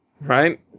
right